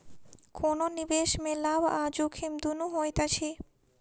कोनो निवेश में लाभ आ जोखिम दुनू होइत अछि